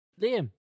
Liam